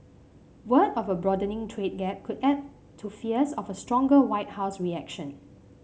word of a broadening trade gap could add to fears of a stronger White House reaction